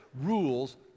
rules